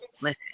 Listen